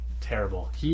terrible